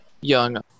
young